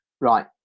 Right